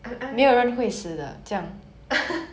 I I mean